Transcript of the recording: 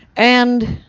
and,